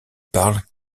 parle